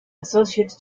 associates